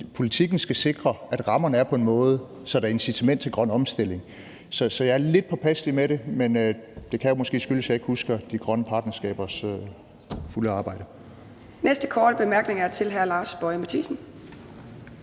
Politikken skal sikre, at rammerne er på en måde, så der er et incitament til grøn omstilling. Så jeg er lidt påpasselig med det, men det kan jo måske skyldes, at jeg ikke husker de grønne partnerskabers fulde arbejde.